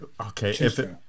okay